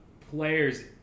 players